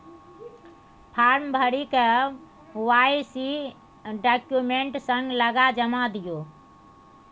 farm भरि KYC document संग लगा जमा दियौ